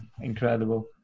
incredible